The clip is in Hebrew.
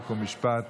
חוק ומשפט